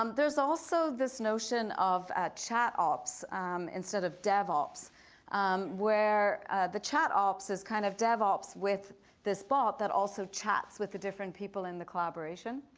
um there's also this notion of ah chatops instead of devops where the chatops is kind of devops with this bot that also chats with the different people in the collaboration.